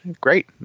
great